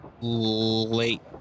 Late